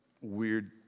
weird